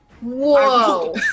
Whoa